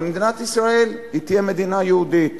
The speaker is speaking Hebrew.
אבל מדינת ישראל תהיה מדינה יהודית